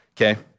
okay